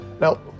Now